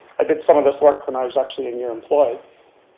i did some of this work when i was actually in your employ.